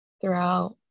throughout